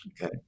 okay